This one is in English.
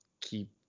keep